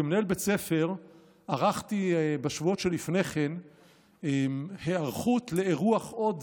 כמנהל בית ספר ערכתי בשבועות שלפני כן היערכות לאירוח עוד